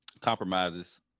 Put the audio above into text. compromises